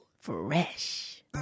fresh